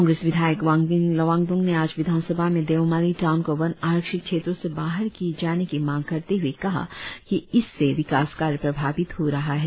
कांग्रेस विधायक वांगलिंग लोवांगडोंग ने आज विधानसभा में देउमाली टाउन को वन आरक्षित क्षेत्रों से बाहर किए जाने की मांग करते हए कहा कि इससे विकास कार्य प्रभावित हो रहा है